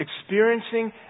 experiencing